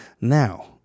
Now